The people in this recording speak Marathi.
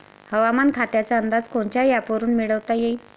हवामान खात्याचा अंदाज कोनच्या ॲपवरुन मिळवता येईन?